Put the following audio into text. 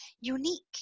unique